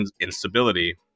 instability